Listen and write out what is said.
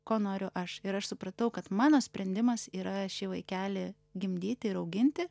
ko noriu aš ir aš supratau kad mano sprendimas yra šį vaikelį gimdyti ir auginti